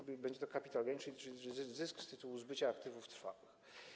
Będzie to capital gains, czyli zysk z tytułu zbycia aktywów trwałych.